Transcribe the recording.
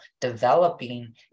developing